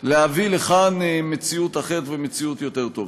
להביא לכאן מציאות אחרת, מציאות יותר טובה.